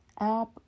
app